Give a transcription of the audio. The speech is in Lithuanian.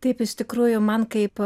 taip iš tikrųjų man kaip